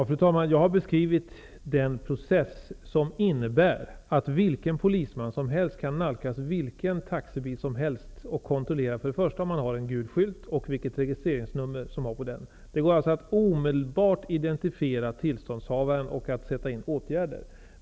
Fru talman! Jag har beskrivit den process som innebär att vilken polisman som helst kan nalkas vilken taxibil som helst och kontrollera om han har en gul skylt och vilket registreringsnummer det finns på den. Det går alltså att omedelbart identifiera tillståndshavaren och att sätta in åtgärder.